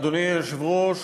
אדוני היושב-ראש,